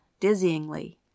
dizzyingly